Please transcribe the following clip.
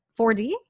4d